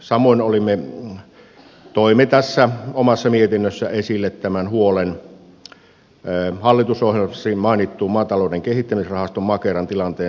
samoin toimme tässä omassa mietinnössämme esille huolen hallitusohjelmassakin mainitun maatilatalouden kehittämisrahaston makeran tilanteen selvittämisestä